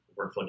workflow